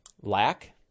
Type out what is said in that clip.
Lack